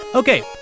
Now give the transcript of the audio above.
Okay